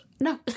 No